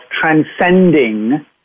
transcending